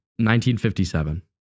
1957